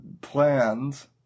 plans